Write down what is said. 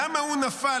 למה הוא נפל,